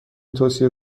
توصیه